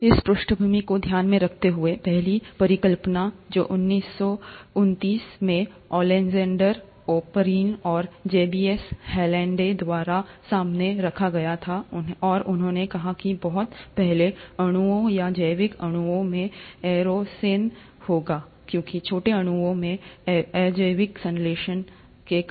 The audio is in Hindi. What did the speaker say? इस पृष्ठभूमि को ध्यान में रखते हुए पहली परिकल्पना को 1929 में अलेक्जेंडर ओपरिन और जेबीएस हैल्डेन द्वारा सामने रखा गया था और उन्होंने कहा कि बहुत पहले अणुओं या जैविक अणुओं में एरोसेन होगा क्योंकि छोटे अणुओं के अजैविक संश्लेषण के कारण